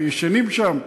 ישנים שם.